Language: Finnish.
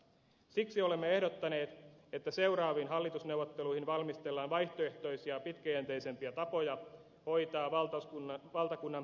siksi olemme ehdottaneet että seuraaviin hallitusneuvotteluihin valmistellaan vaihtoehtoisia pitkäjänteisempiä tapoja hoitaa valtakunnan perusinfrastruktuurin rahoitus